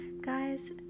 Guys